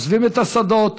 עוזבים את השדות,